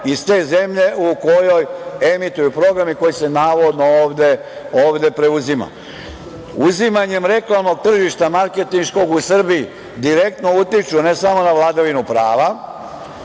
iz te zemlje u kojoj emituju program i koji se navodno ovde preuzima. Uzimanjem reklamnog tržišta marketinškog u Srbiji direktno utiču ne samo na vladavinu prava,